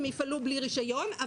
הם יפעלו בלי רישיון,